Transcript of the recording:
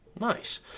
nice